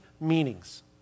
meanings